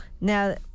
Now